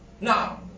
Now